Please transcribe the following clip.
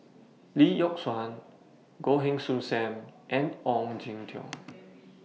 Lee Yock Suan Goh Heng Soon SAM and Ong Jin Teong